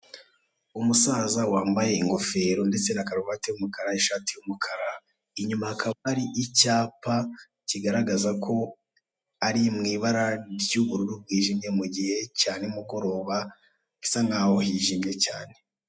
Umusaza wambaye ingofero ndetse na karuvati y'umukara, ishati y'umukara, inyuma hakaba ari icyapa kigaragaza ko ari mu ibara ry'ubururu bwijimye, mu mugihe cya nimugoroba bisa nkaho hijimye cyane.